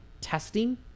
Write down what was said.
testing